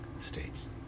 states